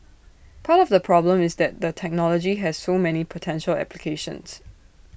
part of the problem is that the technology has so many potential applications